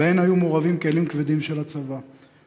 שהיו מעורבים בהן כלים כבדים של הצבא.